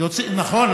נכון,